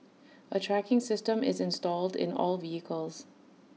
A tracking system is installed in all vehicles